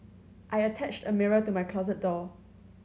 I attached a mirror to my closet door